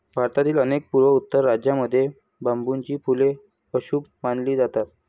भारतातील अनेक पूर्वोत्तर राज्यांमध्ये बांबूची फुले अशुभ मानली जातात